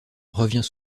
revient